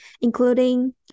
including